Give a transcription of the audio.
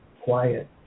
quiet